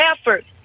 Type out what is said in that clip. effort